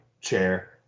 chair